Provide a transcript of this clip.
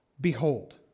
Behold